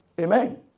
Amen